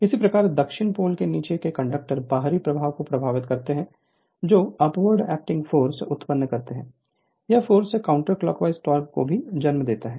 इसी प्रकार दक्षिण पोल के नीचे के कंडक्टर बाहरी प्रवाह को प्रवाहित करते हैं जो अपवर्ड एक्टिंग फोर्स उत्पन्न करते हैं ये फोर्स काउंटर क्लॉकवाइज टॉर्क को भी जन्म देते हैं